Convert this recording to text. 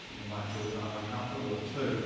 and we might feel kind of uncomfortable with too.